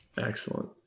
Excellent